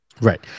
Right